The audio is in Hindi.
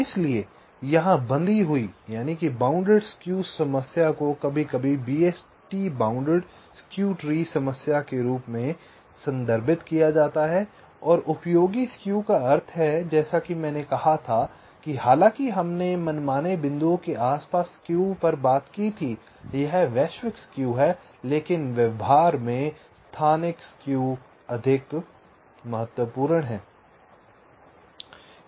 इसलिए यहां बंधी हुई स्क्यू समस्या को कभी कभी BST बाउंडेड स्क्यू ट्री समस्या के रूप में संदर्भित किया जाता है और उपयोगी स्क्यू का अर्थ है जैसा कि मैंने कहा था कि हालाँकि हमने मनमाने बिंदुओं के आस पास स्क्यू पर बात की थी यह वैश्विक स्क्यू है लेकिन व्यवहार में स्थानीय स्क्यू अधिक महत्वपूर्ण है